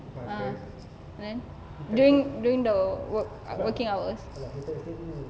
ah then during the work working hours